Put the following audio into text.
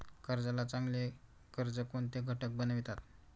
कर्जाला चांगले कर्ज कोणते घटक बनवितात?